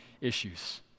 issues